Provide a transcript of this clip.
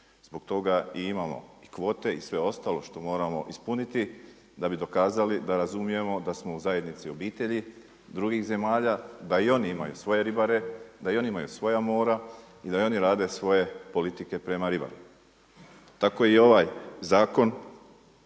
Zbog toga i imamo i kvote i sve ostalo što moramo ispuniti da bi dokazali da razumijemo da smo u zajednici obitelji drugih zemalja, da i oni imaju svoje ribare, da i oni imaju svoja mora i da i oni rade svoje politike prema ribaru. Tako je i ovaj zakon